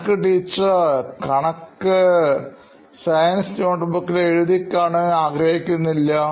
കണക്ക് ടീച്ചർ കണക്ക് സയൻസ് നോട്ട്ബുക്കിൽ എഴുതി കാണാൻ ആഗ്രഹിക്കുന്നില്ല